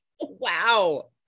wow